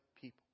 people